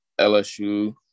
LSU